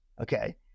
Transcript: okay